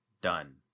done